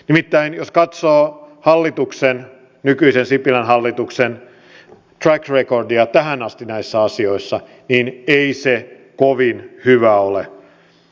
nimittäin jos katsoo nykyisen sipilän hallituksen track recordia tähän asti näissä asioissa niin ei se kovin hyvä ole